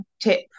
tip